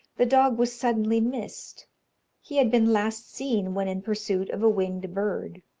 the dog was suddenly missed he had been last seen when in pursuit of a winged bird.